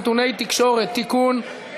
נתוני תקשורת) (תיקון),